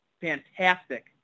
fantastic